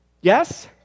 Yes